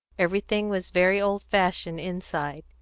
everything was very old-fashioned inside.